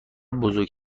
بزرگ